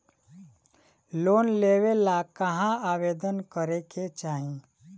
Loan लेवे ला कहाँ आवेदन करे के चाही?